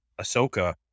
Ahsoka